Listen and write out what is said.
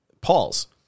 Paul's